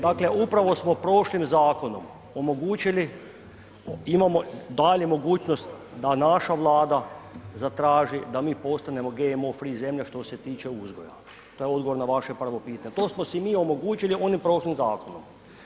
Dakle, upravo smo prošlim zakonom omogućili, imamo dalje mogućnost da naša Vlada zatraži da mi postanemo GMO free zemlja što se tiče uzgoja, to je odgovor na vaše prvo pitanje, to smo si mi omogućili onim prošlim zakonom.